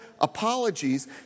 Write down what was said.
apologies